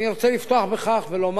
אני רוצה לפתוח ולומר